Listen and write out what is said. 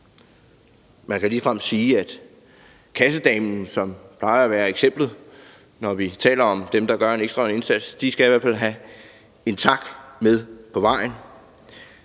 de kritiske funktioner. Kassedamen, som plejer at være eksemplet, skal, når vi taler om dem, der gør en ekstra indsats, i hvert fald have en tak med på vejen;